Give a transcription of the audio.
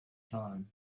time